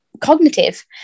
cognitive